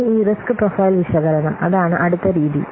ഇനി ഈ risk profile വിശകലനം അതാണ് അടുത്ത രീതി